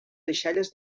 deixalles